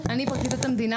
אני פרקליטות המדינה,